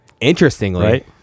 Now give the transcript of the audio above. Interestingly